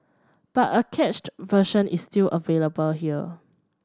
but a cached version is still available here